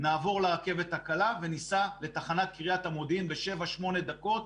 נעבור לרכבת הקלה וניסע ב 8-7 דקות